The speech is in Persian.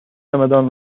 چمدان